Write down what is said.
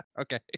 okay